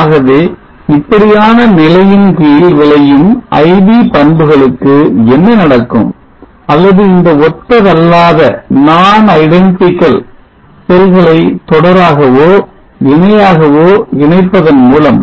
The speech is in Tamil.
ஆகவே இப்படியான நிலையின் கீழ் விளையும் I V பண்புகளுக்கு என்ன நடக்கும் அல்லது இந்த ஒத்ததல்லாத செல்களை தொடராகவோ இணையாகவோ இணைப்பதன் மூலம்